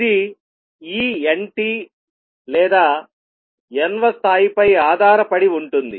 ఇది ఈ n t లేదా n వ స్థాయిపై ఆధారపడి ఉంటుంది